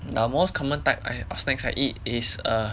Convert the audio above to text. the most common type of snacks I eat is err